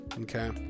Okay